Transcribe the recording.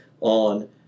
on